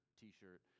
T-shirt